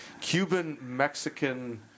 Cuban-Mexican